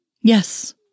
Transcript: Yes